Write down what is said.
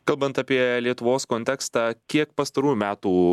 kalbant apie lietuvos kontekstą kiek pastarųjų metų